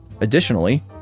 Additionally